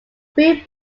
three